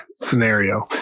scenario